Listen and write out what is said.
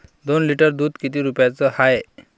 दोन लिटर दुध किती रुप्याचं हाये?